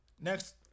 next